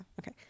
Okay